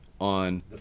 on